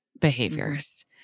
behaviors